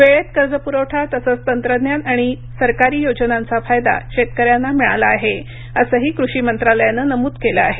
वेळेत कर्ज पुरवठा तसंच तंत्रज्ञान आणि सरकारी योजनांचा फायदा शेतकऱ्यांना मिळाला आहे असंही कृषी मंत्रालयानं नमूद केलं आहे